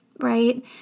right